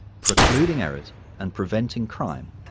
precluding errors and preventing crime,